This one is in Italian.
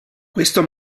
questo